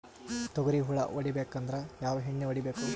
ತೊಗ್ರಿ ಹುಳ ಹೊಡಿಬೇಕಂದ್ರ ಯಾವ್ ಎಣ್ಣಿ ಹೊಡಿಬೇಕು?